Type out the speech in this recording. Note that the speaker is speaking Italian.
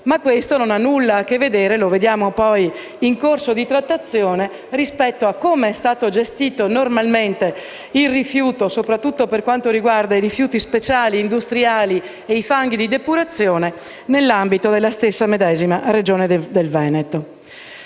però non ha nulla a che vedere, come vedremo in corso di trattazione, con il modo in cui è stato gestito normalmente il rifiuto, soprattutto per quanto riguarda i rifiuti speciali e industriali e i fanghi di depurazione nell'ambito della stessa medesima Regione del Veneto.